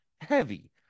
heavy